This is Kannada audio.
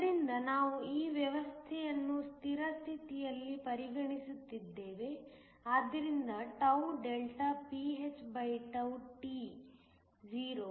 ಆದ್ದರಿಂದ ನಾವು ಈ ವ್ಯವಸ್ಥೆಯನ್ನು ಸ್ಥಿರ ಸ್ಥಿತಿಯಲ್ಲಿ ಪರಿಗಣಿಸುತ್ತಿದ್ದೇವೆ ಆದ್ದರಿಂದ pnt 0